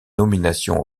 nominations